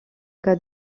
cas